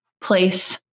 place